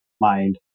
mind